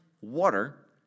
water